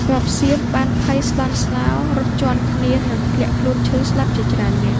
ទ័ពសៀមបានភ័យស្លន់ស្លោ រត់ជាន់គ្នា និងធ្លាក់ខ្លួនឈឺស្លាប់ជាច្រើននាក់។